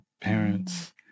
parents